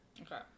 Okay